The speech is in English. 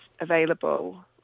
available